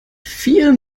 viel